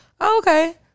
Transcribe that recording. okay